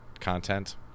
content